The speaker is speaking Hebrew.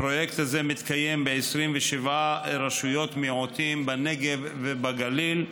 הפרויקט הזה מתקיים ב-27 רשויות מיעוטים בנגב ובגליל,